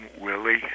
Willie